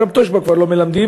היום גם תושב"ע כבר לא מלמדים.